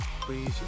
please